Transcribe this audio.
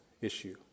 issue